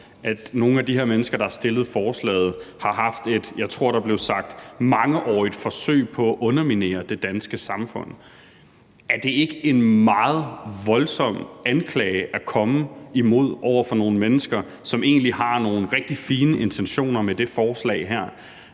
at nogle af de her mennesker, der har stillet forslaget, har gjort et, jeg tror, der blev sagt mangeårigt forsøg på at underminere det danske samfund. Er det ikke en meget voldsom anklage at komme med over for nogle mennesker, som egentlig har nogle rigtig fine intentioner med det forslag her?